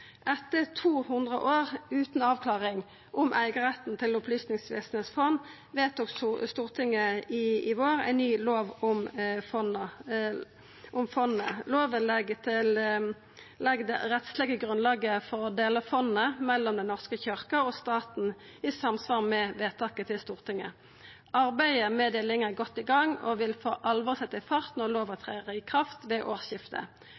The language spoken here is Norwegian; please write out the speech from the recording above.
Etter 200 år utan avklaring om eigarretten til Opplysingsvesenets fond vedtok Stortinget i vår ei ny lov om fondet. Lova legg det rettslege grunnlaget for å dela fondet mellom Den norske kyrkja og staten i samsvar med Stortinget sitt vedtak. Arbeidet med delinga er godt i gang og vil for alvor setja fart når lova trer i kraft ved